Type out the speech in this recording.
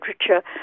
literature